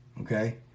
okay